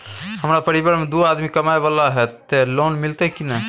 हमरा परिवार में दू आदमी कमाए वाला हे ते लोन मिलते की ने?